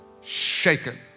shaken